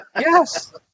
Yes